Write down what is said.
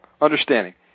understanding